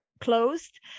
closed